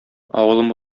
авылым